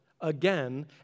again